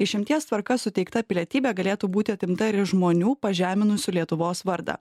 išimties tvarka suteikta pilietybė galėtų būti atimta ir iš žmonių pažeminusių lietuvos vardą